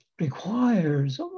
requires